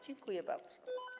Dziękuję bardzo.